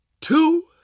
two